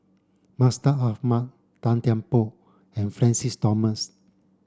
Mustaq Ahmad Tan Kian Por and Francis Thomas